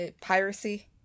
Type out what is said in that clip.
piracy